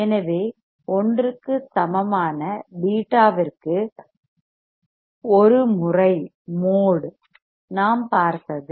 எனவே 1 க்கு சமமான பீட்டாவிற்கு ஒரு முறை mode மோட் நாம் பார்த்தது